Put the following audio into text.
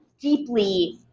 deeply